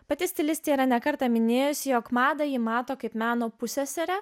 pati stilistė yra ne kartą minėjusi jog madą ji mato kaip meno pusseserę